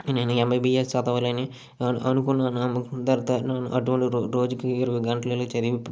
నేను ఎంబిబిఎస్ చదవాలని అనుకున్నాను అనుకున్న తర్వాత అటువంటి రోజుకి ఇరవై గంటలు చదివి